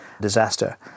disaster